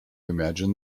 imagine